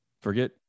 forget